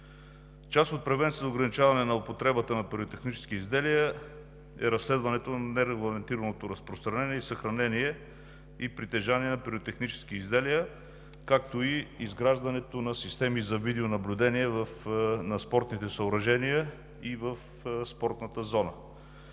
Част от превенцията за ограничаване на употребата на пиротехнически изделия е разследването на нерегламентираното разпространение, съхранение и притежание на пиротехнически изделия, както и изграждането на системи за видеонаблюдение на спортните съоръжения и в спортната зона.